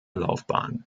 laufbahn